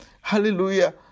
Hallelujah